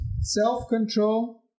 Self-control